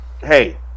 hey